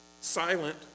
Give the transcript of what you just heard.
silent